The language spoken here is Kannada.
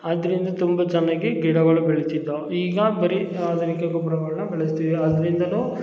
ಅದರಿಂದ ತುಂಬ ಚೆನ್ನಾಗಿ ಗಿಡಗಳು ಬೆಳಿತಿದ್ದು ಈಗ ಬರೀ ಅಧುನಿಕ ಗೊಬ್ಬರಗಳ್ನ ಬಳಸ್ತೀವಿ ಅದ್ರಿಂದಲೂ